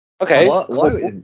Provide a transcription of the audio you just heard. Okay